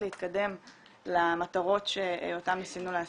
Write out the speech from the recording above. להתקדם למטרות שאותן ניסינו להשיג.